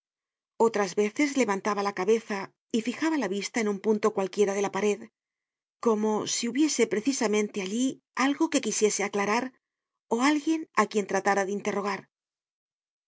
otras veces levantaba la cabeza y fijaba la vista en un punto cualquiera de la pared como si hubiese precisamente allí algo que quisiese aclarar ó alguien á quien tratara de interrogar